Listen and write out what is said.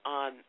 on